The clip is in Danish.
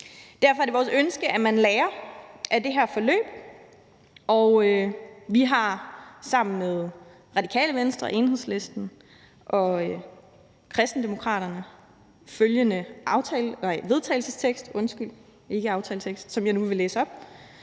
Derfor er det vores ønske, at man lærer af det her forløb. Vi har sammen med Radikale Venstre, Enhedslisten og Kristendemokraterne følgende forslag til vedtagelse, som jeg nu vil læse op: